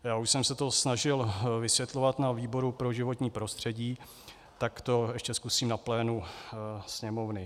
Já už jsem se to snažil vysvětlovat na výboru pro životní prostředí, tak to ještě zkusím na plénu Sněmovny.